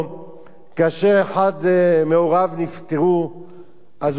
אם אחד מהוריו נפטר אז הוא בא משתטח.